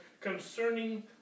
concerning